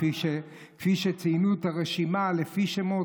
כפי שציינו את הרשימה לפי שמות.